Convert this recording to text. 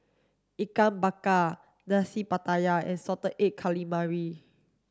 Ikan Bakar Nasi Pattaya and salted egg calamari